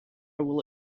will